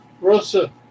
Rosa